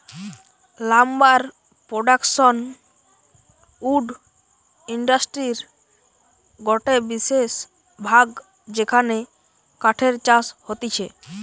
lumber production wood ইন্ডাস্ট্রির গটে বিশেষ ভাগ যেখানে কাঠের চাষ হতিছে